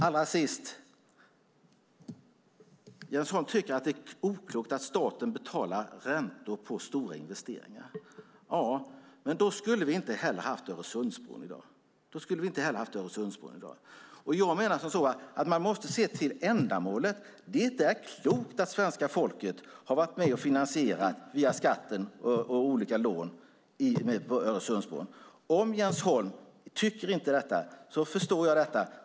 Allra sist: Jens Holm tycker att det är oklokt att staten betalar räntor för stora investeringar. Hade man inte gjort det skulle vi inte heller ha haft Öresundsbron i dag. Jag menar att man måste se till ändamålet. Det är klokt att svenska folket via skatten har varit med och finansierat lån till Öresundsbron. Om Jens Holm inte tycker det förstår jag det.